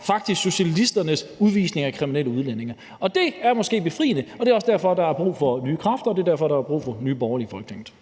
faktisk er socialisternes form for udvisning af kriminelle udlændinge, og det er måske befriende. Men det er også derfor, der er brug for nye kræfter, og det er derfor, der er brug for Nye Borgerlige i Folketinget.